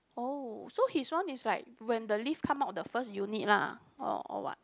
oh so his one is like when the lift come out the first unit lah or or what